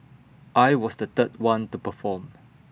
I was the third one to perform